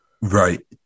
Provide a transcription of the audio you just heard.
Right